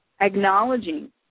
acknowledging